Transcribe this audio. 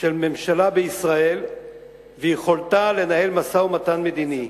של ממשלה בישראל ויכולתה לנהל משא-ומתן מדיני.